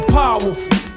powerful